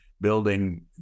building